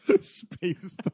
Space